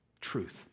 truth